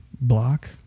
block